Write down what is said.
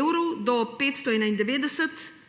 evrov do 591 evrov